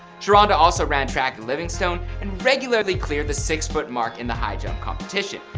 sharonda also ran track at livingstone and regularly cleared the six foot mark in the high jump competition.